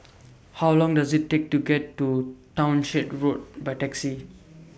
How Long Does IT Take to get to Townshend Road By Taxi